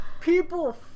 people